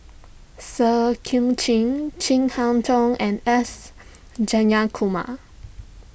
Seah Chin Chin Harn Tong and S Jayakumar